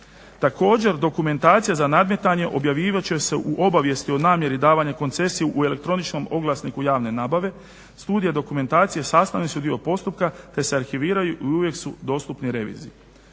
Također dokumentacija za nadmetanje objavljivat će se u obavijesti o namjeri davanja koncesije u elektroničnom oglasniku javne nabave. Studije dokumentacije sastavni su dio postupka, te se arhiviraju i uvijek su dostupni reviziji.